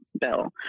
bill